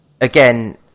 again